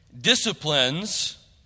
disciplines